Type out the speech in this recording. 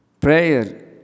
Prayer